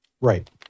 Right